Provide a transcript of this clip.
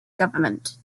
government